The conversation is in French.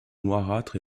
noirâtre